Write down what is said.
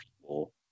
people